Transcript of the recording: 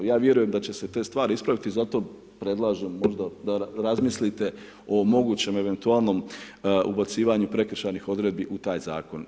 Ja vjerujem da će se te stvari ispraviti i zato predlažem možda da razmislite o mogućem eventualnom ubacivanju prekršajnih odredbi u taj zakon.